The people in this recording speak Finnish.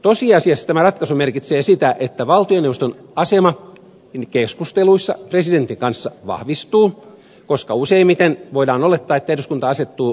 tosiasiassa tämä ratkaisu merkitsee sitä että valtioneuvoston asema keskusteluissa presidentin kanssa vahvistuu koska useimmiten voidaan olettaa että eduskunta asettuu valtioneuvoston kannalle